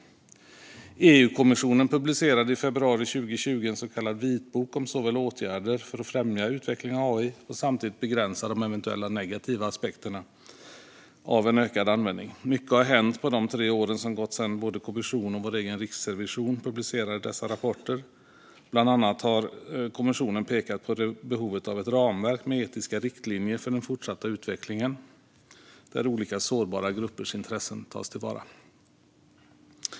EU-kommissionen publicerade i februari 2020 en så kallad vitbok om åtgärder för att främja utveckling av AI och samtidigt begränsa de eventuella negativa aspekterna av en ökad användning. Mycket har hänt på de tre år som gått sedan kommissionen och vår egen riksrevision publicerade dessa rapporter. Bland annat har kommissionen pekat på behovet av ett ramverk med etiska riktlinjer för den fortsatta utvecklingen där olika sårbara gruppers intressen tas till vara.